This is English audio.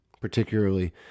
particularly